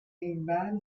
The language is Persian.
اینور